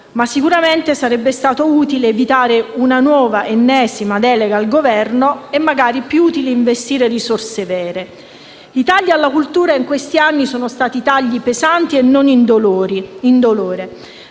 ma sicuramente sarebbe stato utile evitare una nuova, ennesima delega al Governo e magari investire risorse vere. I tagli alla cultura in questi anni sono stati pesanti e non indolori